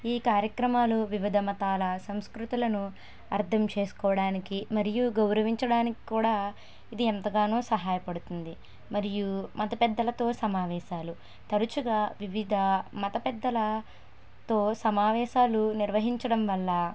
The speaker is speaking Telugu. ఈ కార్యక్రమాలు వివిధ మతాల సంస్కృతులను అర్థం చేసుకోవడానికి మరియు గౌరవించడానికి కూడా ఇది ఎంతగానో సహాయపడుతుంది మరియు మత పెద్దలతో సమావేశాలు తరచుగా వివిధ మత పెద్దలతో సమావేశాలు నిర్వహించడం వల్ల